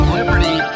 liberty